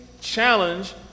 challenge